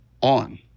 on